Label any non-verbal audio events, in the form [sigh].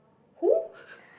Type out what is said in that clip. who [breath]